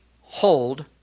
hold